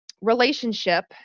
relationship